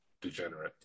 degenerate